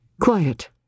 Quiet